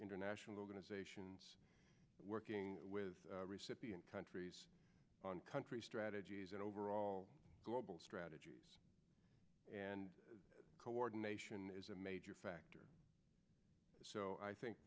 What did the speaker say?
international organizations working with countries on country strategies and overall global strategies and coordination is a major factor so i think